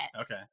okay